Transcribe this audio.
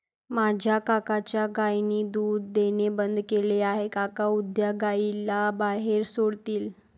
माझ्या काकांच्या गायीने दूध देणे बंद केले आहे, काका उद्या गायीला बाहेर सोडतील